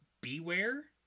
Beware